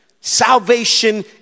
Salvation